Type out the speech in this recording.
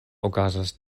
okazas